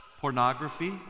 pornography